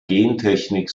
gentechnik